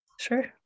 sure